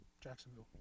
Jacksonville